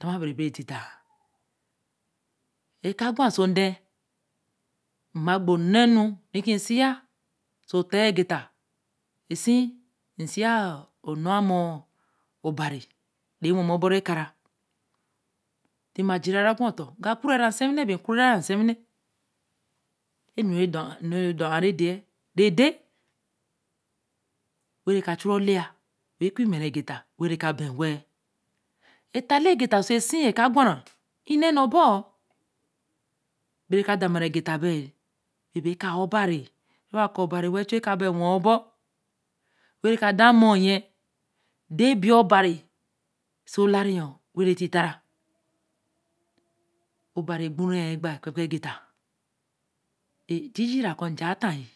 Cla ma ebai re tita, e ka gwa somte ẽ ma gbo o m̃o ne seya õso tta e geta rẽe sie la onño amor obari, bea wen mo borue eleara, tima jira wengura uton aega kurera sieivine, bi Kurera Siewine, Se nu do a re deye re der klere ka dou re ole ya wen qui ma ra ege-ta wen re ka ba e we-l enene bou, bere ka dama ra egeta ba, be bai kaa obari terewa ka obari well chu ka beyi wen 0-bor, been re ka da moryen, dae eber obari oso la yo wen retita ra, bari ghu re ekpa, keke geta, ériííra ko nja á tegi,